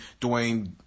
Dwayne